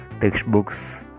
textbooks